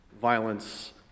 violence